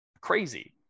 crazy